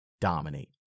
Dominate